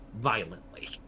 violently